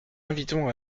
invitons